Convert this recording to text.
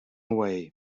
away